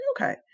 Okay